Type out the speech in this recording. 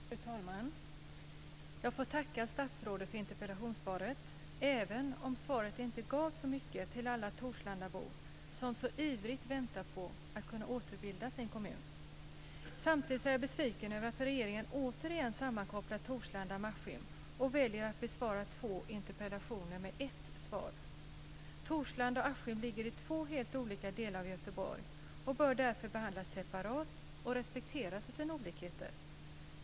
Fru talman! Jag får tacka statsrådet för interpellationssvaret, även om svaret inte gav så mycket till alla torslandabor som så ivrigt väntar på att kunna återbilda sin kommun. Samtidigt är jag besviken över att regeringen återigen sammankopplar Torslanda med Askim och väljer att besvara två interpellationer med ett svar. Torslanda och Askim ligger i två helt olika delar av Göteborg och bör därför behandlas separat och respekteras för sina olikheter.